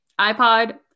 iPod